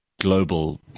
global